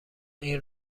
این